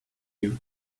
you